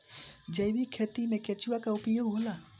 जैविक खेती मे केचुआ का उपयोग होला?